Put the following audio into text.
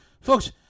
Folks